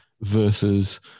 versus